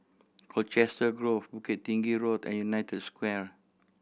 Colchester Grove Bukit Tinggi Road and United Square